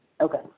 okay